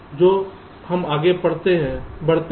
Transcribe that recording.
तो हम आगे बढ़ते हैं